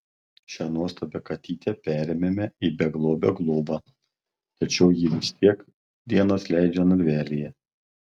šią nuostabią katytę perėmėme į beglobio globą tačiau ji vis tiek dienas leidžia narvelyje